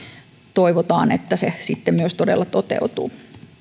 toivotaan että se sitten myös todella toteutuu